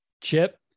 chip